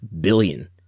billion